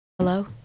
Hello